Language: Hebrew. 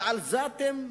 ועל זה אתם?